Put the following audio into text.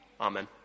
Amen